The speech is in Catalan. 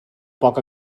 poc